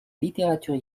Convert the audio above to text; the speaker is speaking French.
littérature